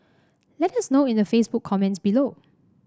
let us know in the Facebook comments below